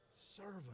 servant